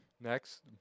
Next